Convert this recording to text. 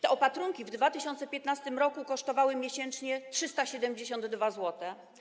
Te opatrunki w 2015 r. kosztowały miesięcznie 372 zł.